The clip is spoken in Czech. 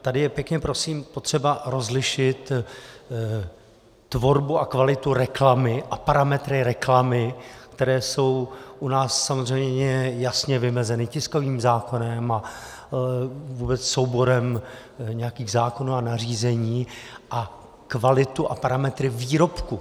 Tady je, pěkně prosím, potřeba rozlišit tvorbu a kvalitu reklamy a parametry reklamy, které jsou u nás samozřejmě jasně vymezeny tiskovým zákonem a vůbec souborem nějakých zákonů a nařízení, a kvalitu a parametry výrobku.